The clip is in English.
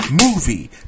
movie